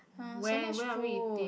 !huh! so much food